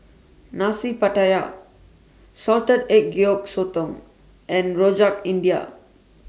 Nasi Pattaya Salted Egg Yolk Sotong and Rojak India